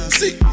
see